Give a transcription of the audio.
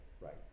right